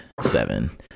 seven